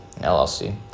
LLC